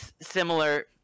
similar